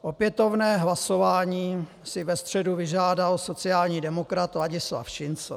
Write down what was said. Opětovné hlasování si ve středu vyžádal sociální demokrat Ladislav Šincl.